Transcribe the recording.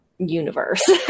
universe